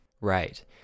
Right